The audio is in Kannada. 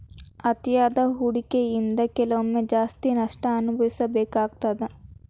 ಅತಿಯಾದ ಹೂಡಕಿಯಿಂದ ಕೆಲವೊಮ್ಮೆ ಜಾಸ್ತಿ ನಷ್ಟ ಅನಭವಿಸಬೇಕಾಗತ್ತಾ